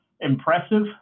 impressive